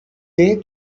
day